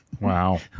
Wow